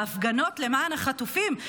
בהפגנות למען החטופים,